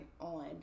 on